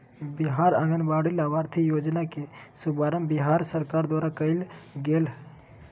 बिहार आंगनबाड़ी लाभार्थी योजना के शुभारम्भ बिहार सरकार द्वारा कइल गेलय